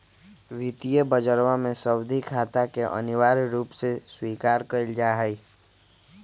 वित्तीय बजरवा में सावधि खाता के अनिवार्य रूप से स्वीकार कइल जाहई